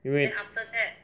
因为